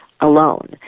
alone